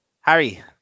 Harry